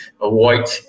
avoid